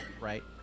Right